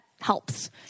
helps